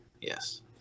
yes